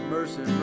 Mercy